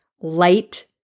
light